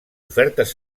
ofertes